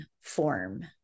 form